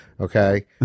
okay